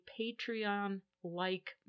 Patreon-like